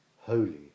holy